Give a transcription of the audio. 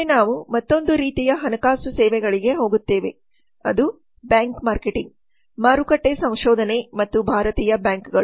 ಮುಂದೆ ನಾವು ಮತ್ತೊಂದು ರೀತಿಯ ಹಣಕಾಸು ಸೇವೆಗಳಿಗೆ ಹೋಗುತ್ತೇವೆ ಅದು ಬ್ಯಾಂಕ್ ಮಾರ್ಕೆಟಿಂಗ್ ಮಾರುಕಟ್ಟೆ ಸಂಶೋಧನೆ ಮತ್ತು ಭಾರತೀಯ ಬ್ಯಾಂಕುಗಳು